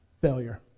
failure